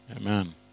Amen